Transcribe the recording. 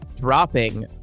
Dropping